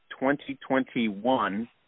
2021